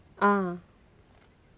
ah